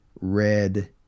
red